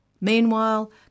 Meanwhile